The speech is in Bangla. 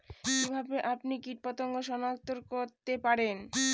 কিভাবে আপনি কীটপতঙ্গ সনাক্ত করতে পারেন?